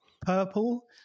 purple